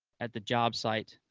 at the job site,